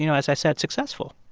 you know as i said, successful?